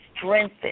strengthened